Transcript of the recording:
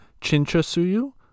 Chinchasuyu